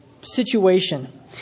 situation